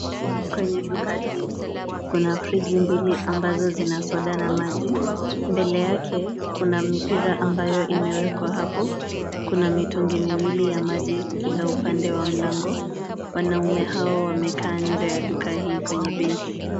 Kwenye duka hii, kuna friji mbili ambazo zina soda na maji. Mbele yake kuna mipira ambayo imewekwa hapo. Kuna mitungi miwili ya maji kila upande wa mlango. Wanaume hao wamekaa nje ya duka hii kwenye benchi.